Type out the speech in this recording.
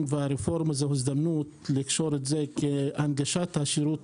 והרפורמה היא הזדמנות לקשור את זה להנגשת השירות